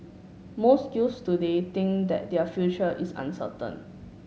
most youths today think that their future is uncertain